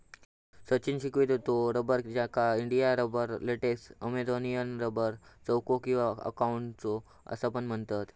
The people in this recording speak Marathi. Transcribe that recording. सचिन शिकवीत होतो रबर, ज्याका India rubber, latex, Amazonian rubber, caucho किंवा काउचॉक असा पण म्हणतत